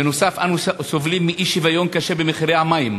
בנוסף, אנו סובלים מאי-שוויון קשה במחירי המים.